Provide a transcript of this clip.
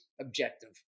objective